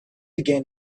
again